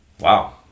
Wow